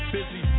Busy